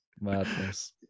Madness